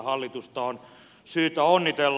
hallitusta on syytä onnitella